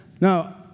Now